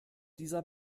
dieser